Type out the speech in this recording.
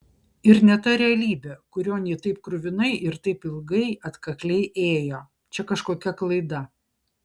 ir ne ta realybė kurion ji taip kruvinai ir taip ilgai atkakliai ėjo čia kažkokia klaida